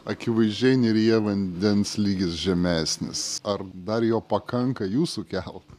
akivaizdžiai neryje vandens lygis žemesnis ar dar jo pakanka jūsų kelt